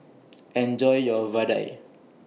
Enjoy your Vadai